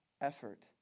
effort